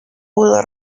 pudo